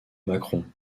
macron